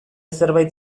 zerbait